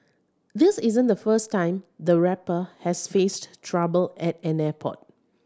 this isn't the first time the rapper has faced trouble at an airport